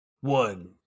one